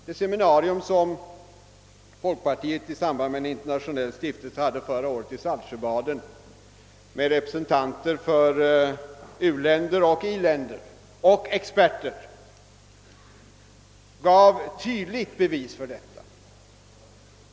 Det seminarium som folkpartiet hade förra året i Saltsjöbaden tillsammans med en internationell stiftelse, med representanter för både u-länder och iländer samt med experter, gav tydliga bevis härvidlag.